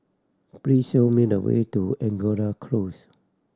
please show me the way to Angora Close